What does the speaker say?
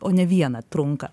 o ne vieną trunka